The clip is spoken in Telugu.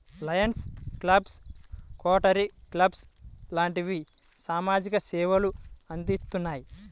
లయన్స్ క్లబ్బు, రోటరీ క్లబ్బు లాంటివి సామాజిక సేవలు అందిత్తున్నాయి